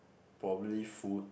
probably food